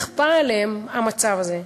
נכפה עליהם המצב הזה.